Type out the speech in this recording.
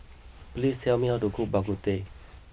please tell me how to cook Bak Kut Teh